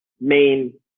main